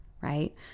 right